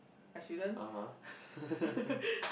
I shouldn't